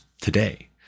today